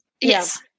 yes